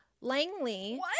Langley